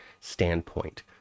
standpoint